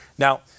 Now